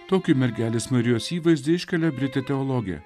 tokį mergelės marijos įvaizdį iškelia britė teologė